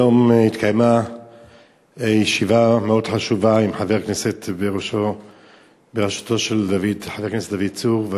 היום התקיימה ישיבה מאוד חשובה בראשותו של חבר הכנסת דוד צור.